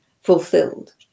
fulfilled